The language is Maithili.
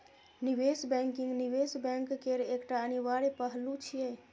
निवेश बैंकिंग निवेश बैंक केर एकटा अनिवार्य पहलू छियै